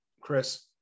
Chris